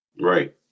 Right